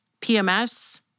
PMS